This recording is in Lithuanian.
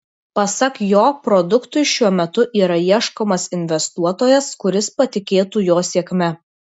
pasak jo produktui šiuo metu yra ieškomas investuotojas kuris patikėtų jo sėkme